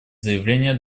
заявления